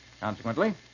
Consequently